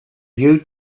you